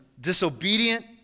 disobedient